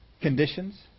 conditions